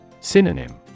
Synonym